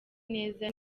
neza